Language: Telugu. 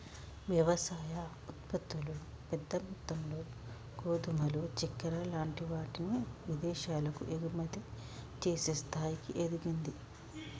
వ్యవసాయ ఉత్పత్తులు పెద్ద మొత్తములో గోధుమలు చెక్కర లాంటి వాటిని విదేశాలకు ఎగుమతి చేసే స్థాయికి ఎదిగింది